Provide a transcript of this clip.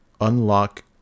unlock